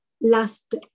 last